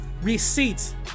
receipts